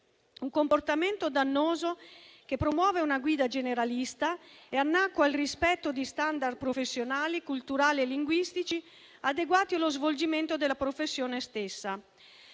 un comportamento dannoso, che promuove una guida generalista e annacqua il rispetto di *standard* professionali, culturali e linguistici adeguati allo svolgimento della professione stessa.